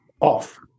off